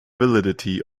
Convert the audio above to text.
validity